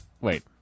Wait